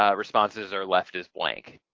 ah responses are left as blank.